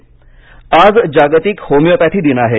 homeopathy दिन आज जागतिक होमिओपॅथी दिन आहे